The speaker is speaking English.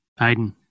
Aiden